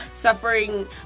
suffering